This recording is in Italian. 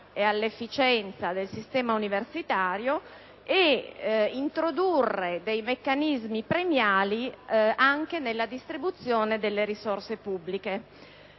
e all'efficienza del sistema universitario, e introdurre meccanismi premiali anche nella distribuzione delle risorse pubbliche.